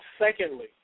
Secondly